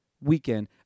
weekend